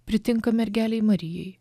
pritinka mergelei marijai